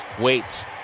Waits